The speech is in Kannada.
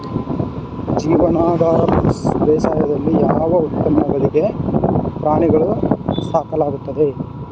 ಜೀವನಾಧಾರ ಬೇಸಾಯದಲ್ಲಿ ಯಾವ ಉತ್ಪನ್ನಗಳಿಗಾಗಿ ಪ್ರಾಣಿಗಳನ್ನು ಸಾಕಲಾಗುತ್ತದೆ?